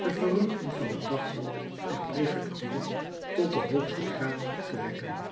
de verrukking van het dagblad der prefectuur tot den hoogsten graad op te wekken